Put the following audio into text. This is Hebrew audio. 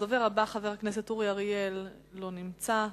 הדובר הבא, חבר הכנסת אורי אריאל, לא נמצא.